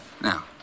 now